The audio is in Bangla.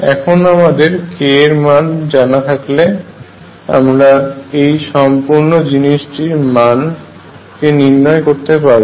এখন আমাদের k এর মান জানা থাকলে আমরা এই সম্পূর্ন জিনিসটির মান কে নির্নয় করতে পারবো